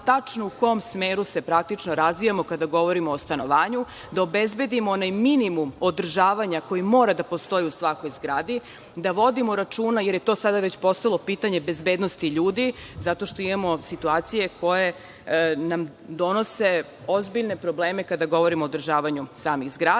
da znamo tačno u kom smeru se praktično razvijamo kada govorimo o stanovanju, da obezbedimo onaj minimum održavanja koji mora da postoji u svakoj zgradi, da vodimo računa, jer to je sada postalo pitanje bezbednosti ljudi, zato što imamo situacije koje nam donose ozbiljne probleme kada govorimo o održavanju samih zgrada,